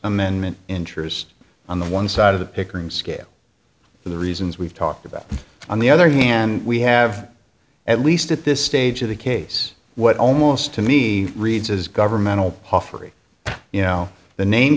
amendment interest on the one side of the pickering scale for the reasons we've talked about on the other hand we have at least at this stage of the case what almost to me reads as governmental puffery you know the name